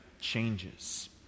changes